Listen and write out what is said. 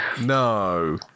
No